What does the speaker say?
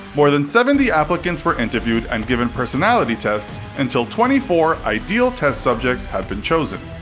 more than seventy applicants were interviewed and given personality tests until twenty four ideal test subjects had been chosen.